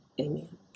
Amen